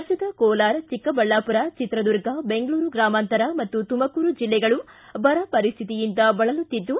ರಾಜ್ಲದ ಕೋಲಾರ ಚಿಕ್ಕಬಳ್ಳಾಪುರ ಚಿತ್ರದುರ್ಗ ಬೆಂಗಳೂರು ಗ್ರಾಮಾಂತರ ಮತ್ತು ತುಮಕೂರು ಜಿಲ್ಲೆಗಳು ಬರ ಪರಿಸ್ಕಿತಿಯಿಂದ ಬಳಲುತ್ತಿದ್ದು